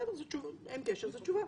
אין קשר זו תשובה.